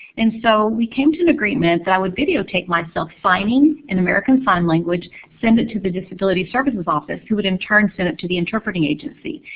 and so we came to an agreement that i would videotape myself signing in american sign language, send it to the disability services office, who would in turn send it to the interpreting agency.